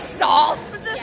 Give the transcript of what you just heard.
soft